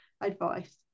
advice